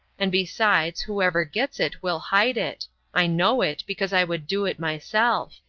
and besides, whoever gets it will hide it i know it because i would do it myself.